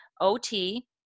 OT